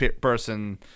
person